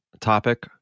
topic